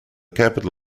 capital